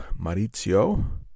Marizio